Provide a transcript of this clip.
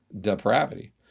depravity